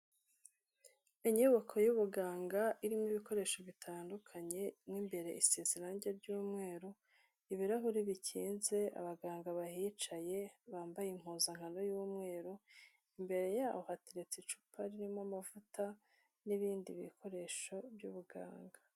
Inyubako y'ubuganga irimo ibikoresho bitandukanye, mo imbere iseze irange ry'umweru, ibirahuri bikinze, abaganga bahicaye bambaye impuzankano y'umweru, imbere yaho hategeretse icupa ririmo amavuta n'ibindi bikoresho by'ubuganga.